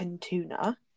tuna